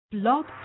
Blog